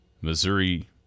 Missouri –